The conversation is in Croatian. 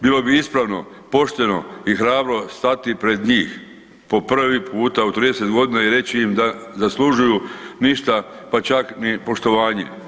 Bilo bi ispravno, pošteno i hrabro stati pred njih po prvi puta u 30 godina i reći im da zaslužuju ništa pa čak ni poštovanje.